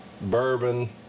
bourbon